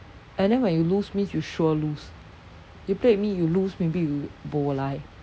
and then when you lose means you sure lose you play with me you lose maybe you bo lai